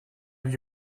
have